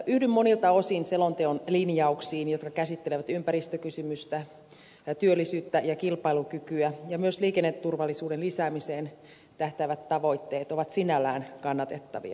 yhdyn monilta osin selonteon linjauksiin jotka käsittelevät ympäristökysymyksiä työllisyyttä ja kilpailukykyä myös liikenneturvallisuuden lisäämiseen tähtäävät tavoitteet ovat sinällään kannatettavia